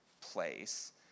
Place